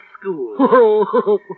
school